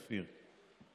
אופיר,